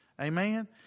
Amen